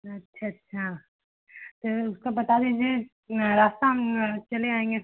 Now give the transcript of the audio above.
अच्छा अच्छा तो उसका बता दीजिए रास्ता हम चले आएँगे